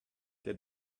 der